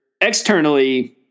externally